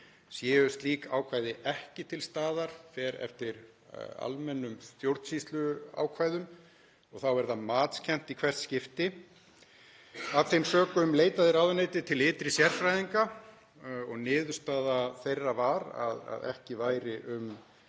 Séu slík ákvæði ekki til staðar fer eftir almennum stjórnsýsluákvæðum. Þá er það matskennt í hvert skipti. Af þeim sökum leitaði ráðuneytið til ytri sérfræðinga og niðurstaða þeirra var að í þessu